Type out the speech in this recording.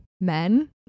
men